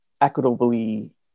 equitably